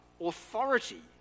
authority